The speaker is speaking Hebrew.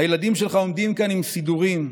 הילדים שלך עומדים כאן עם סידורים.